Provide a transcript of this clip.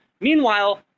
Meanwhile